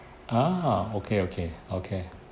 ah okay okay okay